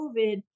COVID